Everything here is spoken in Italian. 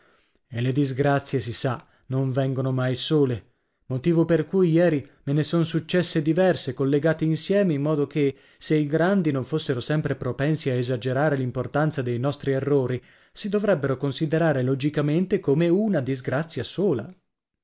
e le disgrazie si sa non vengono mai sole motivo per cui ieri me ne son successe diverse collegate insieme in modo che se i grandi non fossero sempre propensi a esagerare l'importanza dei nostri errori si dovrebbero considerare logicamente come una disgrazia sola